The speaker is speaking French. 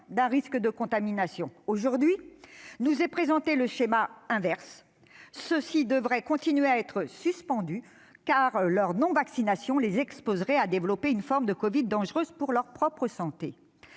d'un risque de contamination. Aujourd'hui, on nous présente le schéma inverse : ces personnels devraient continuer d'être suspendus, car leur non-vaccination les exposerait à développer une forme de covid dangereuse pour leur propre santé